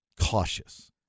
cautious